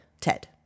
Ted